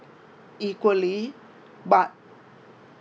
equally but